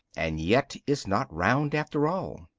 and yet is not round after all.